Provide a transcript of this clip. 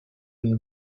une